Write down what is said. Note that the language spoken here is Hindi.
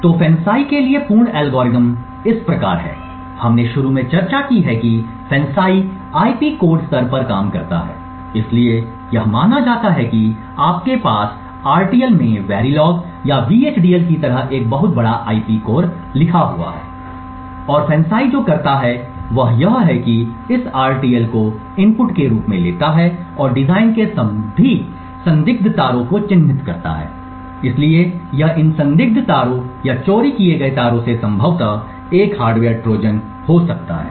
तो FANCI के लिए पूर्ण एल्गोरिथ्म इस प्रकार है हमने शुरू में चर्चा की है कि FANCI IP कोड स्तर पर काम करता है इसलिए यह माना जाता है कि आपके पास RTL में Verilog या VHDL की तरह एक बहुत बड़ा IP कोर लिखा हुआ है और FANCI जो करता है वह यह है कि इस RTL को इनपुट के रूप में लेता है और डिज़ाइन के सभी संदिग्ध तारों को चिह्नित करता है इसलिए यह इन संदिग्ध तारों या चोरी किए गए तारों से संभवत एक हार्डवेयर ट्रोजन हो सकता है